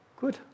Good